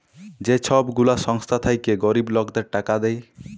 যে ছব গুলা সংস্থা থ্যাইকে গরিব লকদের টাকা দেয়